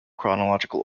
chronological